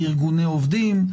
לארגוני העובדים,